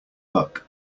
luck